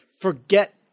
forget